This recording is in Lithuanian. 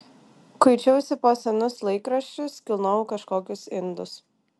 kuičiausi po senus laikraščius kilnojau kažkokius indus